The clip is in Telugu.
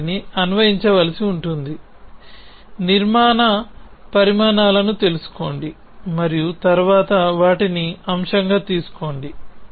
మీరు వాటిని అన్వయించవలసి ఉంటుంది నిర్మాణ పరిమాణాలను తెలుసుకోండి మరియు తరువాత వాటిని ఒక అంశంగా తీసుకోండి